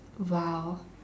!wow!